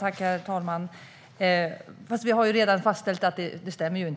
Herr talman! Vi har redan fastställt att det inte stämmer.